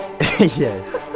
Yes